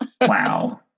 Wow